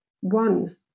one